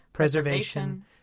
Preservation